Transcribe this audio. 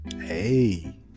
hey